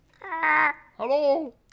Hello